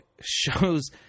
shows